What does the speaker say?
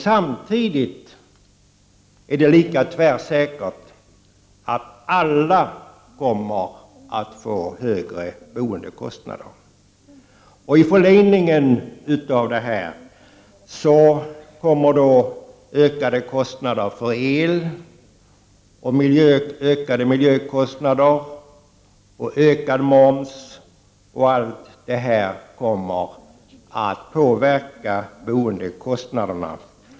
Samtidigt är det lika säkert att alla kommer att få högre boendekostnader. Härtill kommer ökade eloch miljökostnader samt höjd moms, och allt det här kommer att påverka boendekostnaderna.